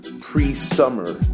pre-summer